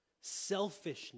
Selfishness